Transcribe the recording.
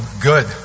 good